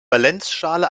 valenzschale